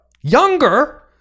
Younger